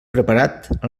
preparat